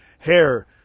Hair